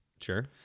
Sure